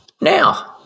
Now